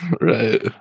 Right